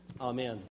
Amen